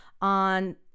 on